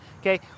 Okay